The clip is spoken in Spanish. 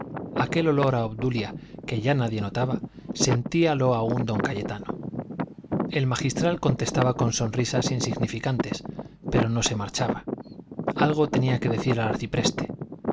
aquel olor a obdulia que ya nadie notaba sentíalo aún don cayetano el magistral contestaba con sonrisas insignificantes pero no se marchaba algo tenía que decir al